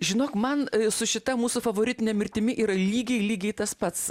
žinok man su šita mūsų favoritine mirtimi yra lygiai lygiai tas pats